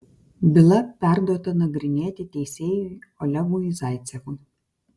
byla perduota nagrinėti teisėjui olegui zaicevui